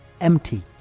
empty